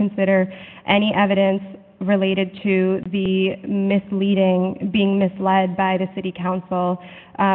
consider any evidence related to the misleading being misled by the city council